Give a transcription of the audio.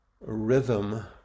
rhythm